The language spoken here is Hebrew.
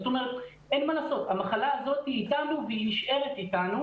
אין מה לעשות, המחלה הזאת איתנו והיא נשארת איתנו.